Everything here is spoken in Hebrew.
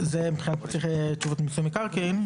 לשם כך יש לפנות לקבלת תשובה ממיסוי מקרקעין.